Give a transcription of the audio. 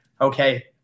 okay